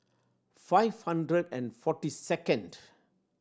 five hundred and forty second